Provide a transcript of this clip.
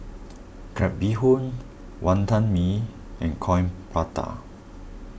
Crab Bee Hoon Wonton Mee and Coin Prata